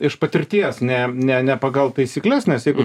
iš patirties ne ne ne pagal taisykles nes jeigu